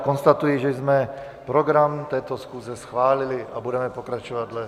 Konstatuji, že jsme program této schůze schválili, a budeme pokračovat dle...